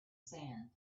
sand